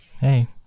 Hey